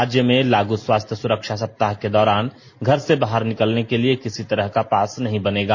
राज्य में लागू स्वास्थ्य सुरक्षा सप्ताह के दौरान घर से बाहर निकलने के लिए किसी तरह का पास नहीं बनेगा